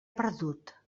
perdut